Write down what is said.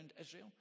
Israel